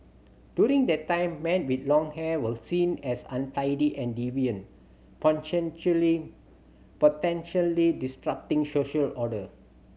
during that time men with long hair were seen as untidy and deviant potentially disrupting social order